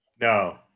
No